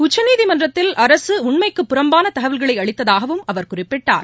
உச்சநீதிமன்றத்தில் அரசு உண்மைக்கு புறம்பான தகவல்களை அளித்ததாகவும் அவர் குறிப்பிட்டார்